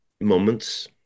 moments